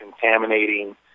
contaminating